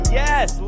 yes